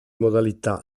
modalità